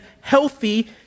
healthy